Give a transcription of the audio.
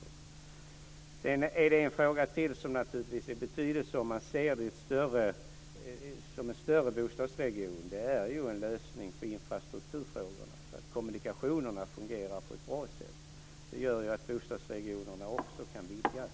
Sedan är det ytterligare en fråga som naturligtvis har betydelse när man ser det här som en större bostadsregion. Det handlar om att man måste lösa infrastrukturproblemen, så att kommunikationerna fungerar på ett bra sätt. Det gör ju att bostadsregionerna också kan vidgas.